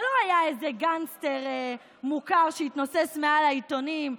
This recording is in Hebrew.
שלא הייתה איזה גנגסטר מוכר שהתנוסס על העיתונים,